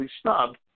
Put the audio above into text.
snubbed